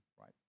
right